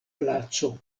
placo